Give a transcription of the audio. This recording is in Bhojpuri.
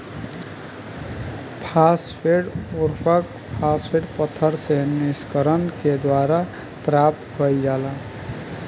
फॉस्फेट उर्वरक, फॉस्फेट पत्थर से निष्कर्षण के द्वारा प्राप्त कईल जाला